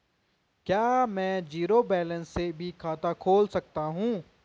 क्या में zero balance से भी खाता खोल सकता हूँ?